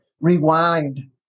rewind